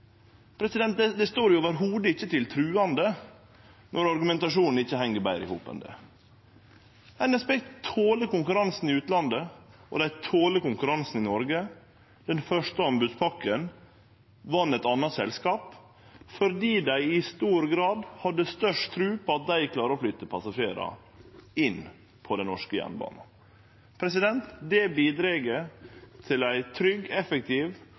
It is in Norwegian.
seks konkurransar. Det står i det heile ikkje til truande når argumentasjonen ikkje heng betre i hop enn det. NSB toler konkurransen i utlandet, og dei toler konkurransen i Noreg. Den første anbodspakka vann eit anna selskap, fordi dei i stor grad hadde størst tru på at dei klarar å flytte passasjerar inn på den norske jernbanen. Det bidreg til ei trygg, effektiv